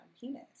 penis